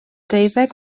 deuddeg